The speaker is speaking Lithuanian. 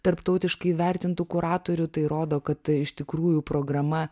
tarptautiškai įvertintų kuratorių tai rodo kad iš tikrųjų programa